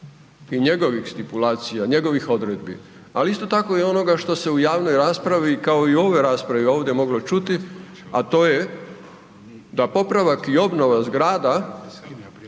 i njegovih stipulacija, njegovih odredbi, ali isto tako i onoga što se u javnoj raspravi kao i u ovoj raspravi ovdje moglo čuti, a to je da popravak i obnova zgrada